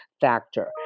factor